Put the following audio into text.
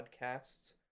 podcasts